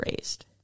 raised